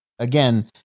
Again